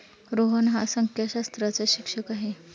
रोहन हा संख्याशास्त्राचा शिक्षक आहे